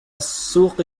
السوق